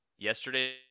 Yesterday